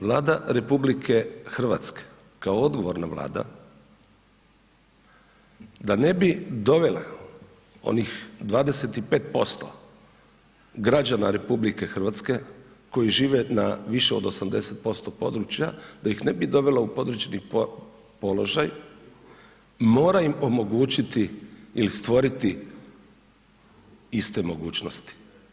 Vlada RH kao odgovorna Vlada, da ne bi dovela onih 25% građana RH koji žive na, više od 80% područja, da ih ne bi dovelo u područni položaj, mora im omogućiti ili stvoriti iste mogućnosti.